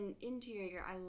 interior